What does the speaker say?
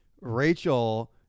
Rachel